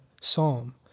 psalm